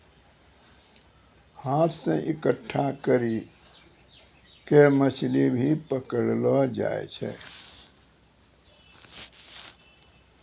हाथ से इकट्ठा करी के मछली भी पकड़लो जाय छै